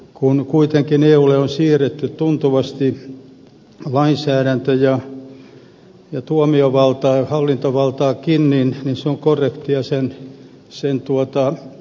kun kuitenkin eulle on siirretty tuntuvasti lainsäädäntö ja tuomiovaltaa hallintovaltaakin niin sen mainitseminen on korrektia